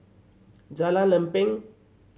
Jalan Lempeng